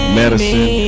medicine